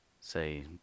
say